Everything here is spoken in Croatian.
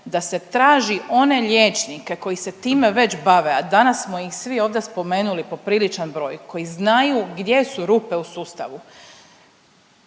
da se traži one liječnike koji se time već bave, a danas smo ih svi ovdje spomenuli popriličan broj koji znaju gdje su rupe u sustavu,